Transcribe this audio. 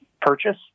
purchase